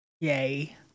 Yay